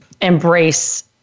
embrace